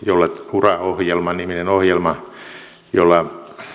ura ohjelma niminen ohjelma jolla